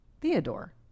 theodore